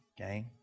okay